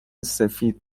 سفید